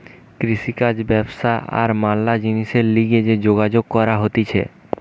কৃষিকাজ ব্যবসা আর ম্যালা জিনিসের লিগে যে যোগাযোগ করা হতিছে